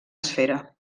esfera